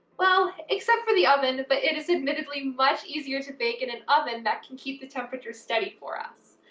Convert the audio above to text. well, except for the oven, but it is admittedly much easier to bake in an oven that can keep the temperature steady for us.